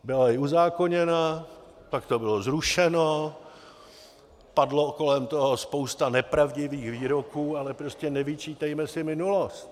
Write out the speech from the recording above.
Byla i uzákoněna, pak to bylo zrušeno, padla kolem toho spousta nepravdivých výroků, ale prostě nevyčítejme si minulost.